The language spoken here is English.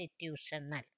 Institutional